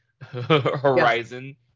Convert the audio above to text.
horizon